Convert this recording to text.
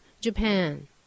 Japan